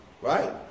right